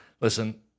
listen